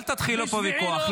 אל תתחילו פה ויכוח.